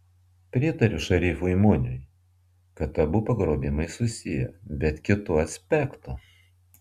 pritariu šerifui muniui kad abu pagrobimai susiję bet kitu aspektu